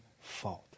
fault